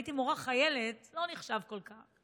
הייתי מורה חיילת, זה לא נחשב כל כך,